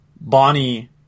Bonnie